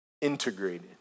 integrated